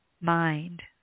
mind